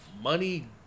money